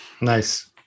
Nice